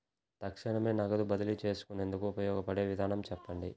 తక్షణమే నగదు బదిలీ చేసుకునేందుకు ఉపయోగపడే విధానము చెప్పండి?